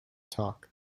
talk